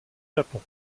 japon